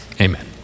Amen